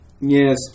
Yes